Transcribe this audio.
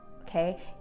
okay